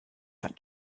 that